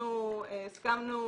אנחנו הסכמנו